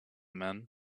men